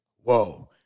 Whoa